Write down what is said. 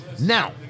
Now